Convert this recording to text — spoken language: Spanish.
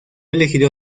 elegido